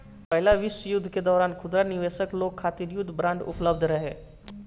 पहिला विश्व युद्ध के दौरान खुदरा निवेशक लोग खातिर युद्ध बांड उपलब्ध रहे